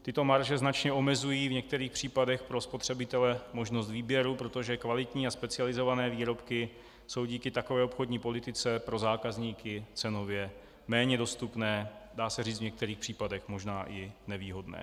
Tyto marže značně omezují v některých případech pro spotřebitele možnost výběru, protože kvalitní a specializované výrobky jsou díky takové obchodní politice pro zákazníky cenově méně dostupné, dá se říci, v některých případech možná i nevýhodné.